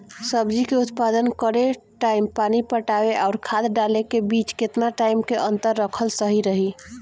सब्जी के उत्पादन करे टाइम पानी पटावे आउर खाद डाले के बीच केतना टाइम के अंतर रखल सही रही?